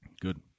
Good